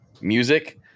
music